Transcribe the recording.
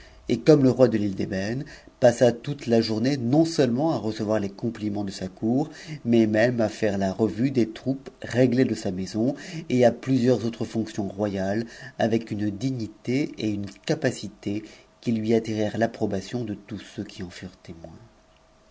de camaratxaman c't iie j'ëbène passa toute a journée non-seulement à recevoir les com ncutsde sa cour mais même à faire la revue des troupes réglées de sa son et à plusieurs autres fonctions royales avec une dignité et une tt'ite qui t reth l'approbation de tous ceux qui en furent